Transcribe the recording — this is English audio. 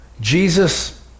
Jesus